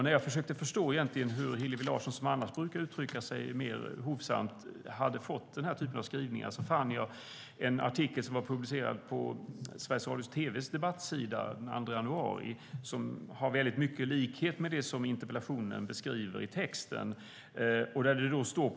När jag försökte förstå varifrån Hillevi Larsson, som annars brukar uttrycka sig mer hovsamt, hade fått den här typen av skrivningar fann jag en artikel som var publicerad på Sveriges Televisions debattsida den 2 januari och som har stor likhet med det som beskrivs i interpellationen.